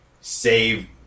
save